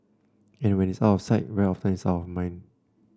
and when it's out of sight very often it's out of mind